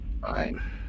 Fine